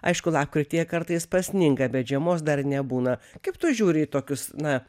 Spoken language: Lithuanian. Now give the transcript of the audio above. aišku lapkrityje kartais pasninga bet žiemos dar nebūna kaip tu žiūri į tokius na